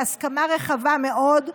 בהסכמה רחבה מאוד,